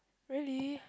really